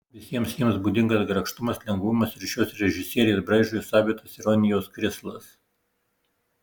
visiems jiems būdingas grakštumas lengvumas ir šios režisierės braižui savitas ironijos krislas